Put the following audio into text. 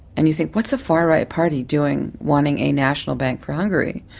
and you think, what's a far-right party doing wanting a national bank for hungary?